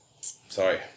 Sorry